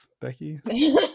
Becky